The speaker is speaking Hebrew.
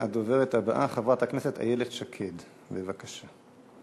והדוברת הבאה, חברת הכנסת איילת שקד, בבקשה.